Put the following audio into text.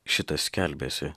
šitas skelbėsi